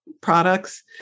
products